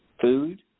Food